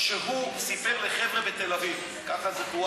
שהוא סיפר לחבר'ה בתל-אביב, כך זה תואר